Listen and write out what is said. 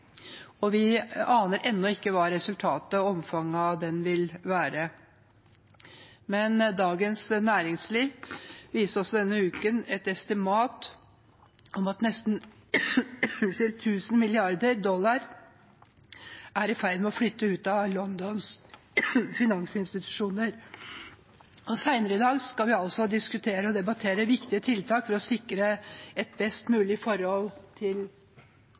og nærmest oss selv er kanskje brexit-prosessen, og vi aner ennå ikke hva resultatet og omfanget av den vil være. Men Dagens Næringsliv viste oss i denne uken et estimat om at nesten 1 000 mrd. dollar er i ferd med å flytte ut av Londons finansinstitusjoner. Senere i dag skal vi diskutere viktige tiltak for å sikre et best mulig forhold til